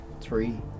three